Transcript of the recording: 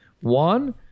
One